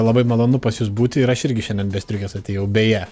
labai malonu pas jus būti ir aš irgi šiandien be striukės atėjau beje